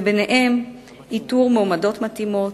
וביניהם איתור מועמדות מתאימות,